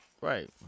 Right